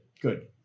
good